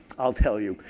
i'll tell you,